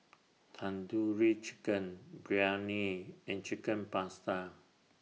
Tandoori Chicken Biryani and Chicken Pasta